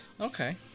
Okay